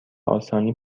آسانی